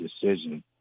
decision